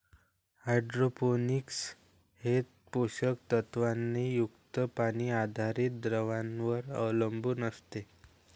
hydroponics हे पोषक तत्वांनी युक्त पाणी आधारित द्रावणांवर अवलंबून असते